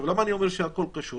למה אני אומר שהכול קשור?